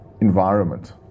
environment